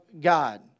God